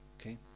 Okay